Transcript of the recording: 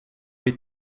vid